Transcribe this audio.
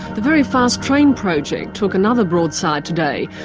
the very fast train project took another broadside today.